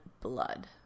blood